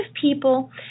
people